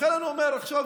לכן אני אומר עכשיו,